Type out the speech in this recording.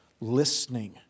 listening